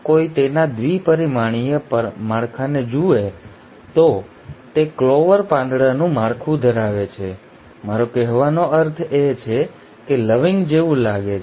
જો કોઈ તેના દ્વિ પરિમાણીય માળખાને જુએ તો તે ક્લોવર પાંદડાનું માળખું ધરાવે છે મારો કહેવાનો અર્થ એ છે કે લવિંગ જેવું લાગે છે